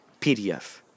PDF